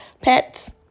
pets